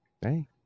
hey